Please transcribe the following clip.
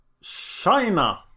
China